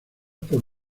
por